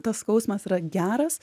tas skausmas yra geras